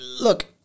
Look